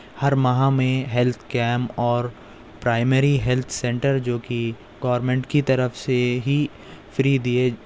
ہر ماہ میں health camp اور پرائمری ہیلتھ سینٹر جو کہ گورمنٹ کی طرف سے ہی فری دیے